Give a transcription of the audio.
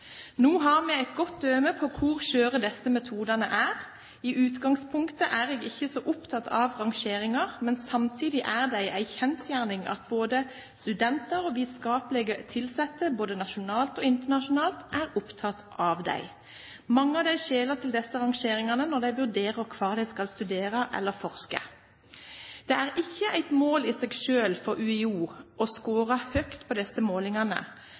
No har me eit godt døme på kor skjøre desse metodane er. I utgangspunktet er eg ikkje så opptatt av rangeringar, men samtidig er det ei kjensgjerning at både studentar og vitskaplege tilsette både nasjonalt og internasjonalt er opptatt av dei. Mange av dei skjeler til desse rangeringane når dei vurderer kvar dei skal studera eller forska. Det er ikkje eit mål i seg sjølv for UiO å skåra høgt på desse målingane,